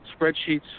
spreadsheets